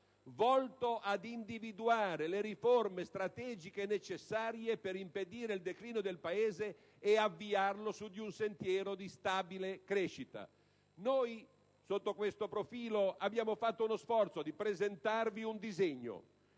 volto ad individuare le riforme strategiche necessarie per impedire il declino del Paese e per avviarlo su di un sentiero di stabile crescita. Noi sotto questo profilo abbiamo fatto lo sforzo di presentarvi un disegno: